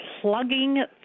plugging